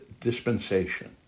dispensation